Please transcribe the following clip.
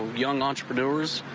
young entrepreneurs.